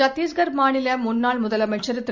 சத்திஷ்கர் மாநில முன்னாள் முதலமைச்சர் திரு